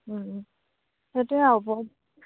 সেইটোৱে আৰু প